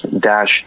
Dash